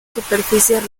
superficies